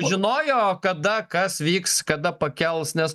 žinojo kada kas vyks kada pakels nes